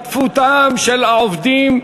להשתתפותם של העובדים,